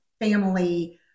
family